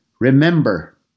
Remember